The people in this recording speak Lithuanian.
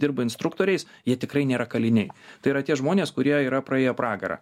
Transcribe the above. dirba instruktoriais jie tikrai nėra kaliniai tai yra tie žmonės kurie yra praėję pragarą